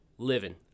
living